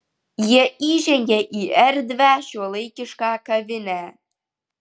jie įžengė į erdvią šiuolaikišką kavinę